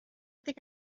think